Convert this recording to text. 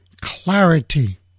clarity